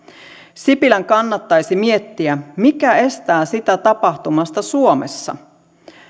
sipilän kannattaisi miettiä mikä estää sitä tapahtumasta suomessa